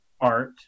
art